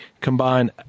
combine